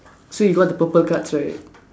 so you got the purple cards right